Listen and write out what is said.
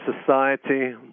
society